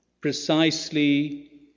precisely